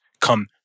come